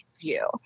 view